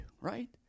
right